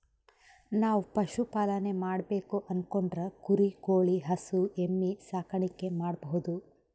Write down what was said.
ನಾವ್ ಪಶುಪಾಲನೆ ಮಾಡ್ಬೇಕು ಅನ್ಕೊಂಡ್ರ ಕುರಿ ಕೋಳಿ ಹಸು ಎಮ್ಮಿ ಸಾಕಾಣಿಕೆ ಮಾಡಬಹುದ್